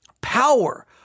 power